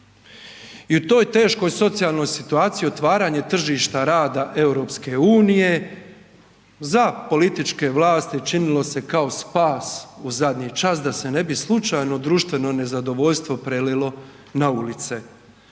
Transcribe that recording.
i u toj teškoj socijalnoj situaciji otvaranje tržišta rada EU za političke vlasti činilo se kao spas u zadnji čas da se ne bi slučajno društveno nezadovoljstvo prelilo na ulice